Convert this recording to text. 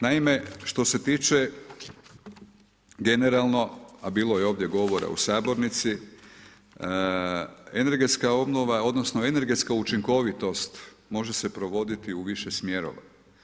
Naime, što se tiče generalno, a bilo je ovdje govora u sabornici, energetska obnova odnosno energetska učinkovitost može se provoditi u više smjerova.